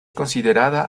considerada